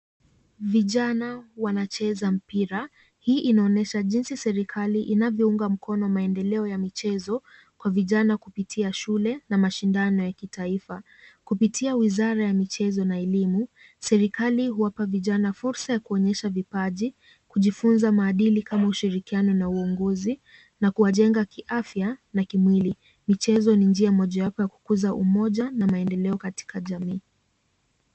Vijana wanacheza mpira. Hii inaonyesha jinsi serikali inavyounga mkono maendeleo ya michezo kwa vijana kupitia shule na mashindano ya kitaifa. Kupitia wizara ya michezo na elimu, serikali huwapa vijana fursa ya kuonyesha vipaji, kujifunza maadili kama ushirikiano na uongozi, na kuwajenga kiafya na kimwili. Michezo ni njia mojawapo ya kukuza umoja na maendeleo katika jamii.